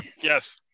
Yes